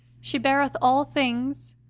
she beareth all things,